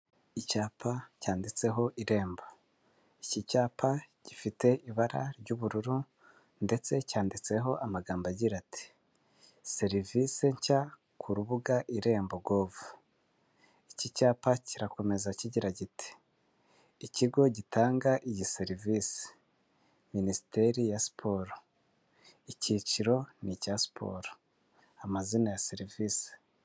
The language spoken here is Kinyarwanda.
Icyapa cyanditseho irembo, iki cyapa gifite ibara ry'ubururu, ndetse cyanditseho amagambo agira ati: ''serivisi nshya ku rubuga irembo govu'', iki cyapa kirakomeza kigira kiti:''ikigo gitanga iyi serivisi, Minisiteri ya siporo, icyiciro ni icya siporo, amazina ya serivisi''.